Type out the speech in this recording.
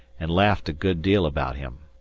and laughed a good deal about him.